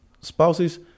spouses